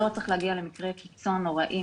לא צריך להגיע למקרי קיצון נוראיים,